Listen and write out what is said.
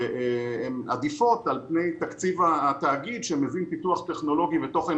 הן עדיפות על פני תקציב התאגיד שמביא פיתוח טכנולוגי ותוכן